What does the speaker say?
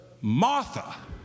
Martha